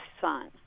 son